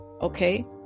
okay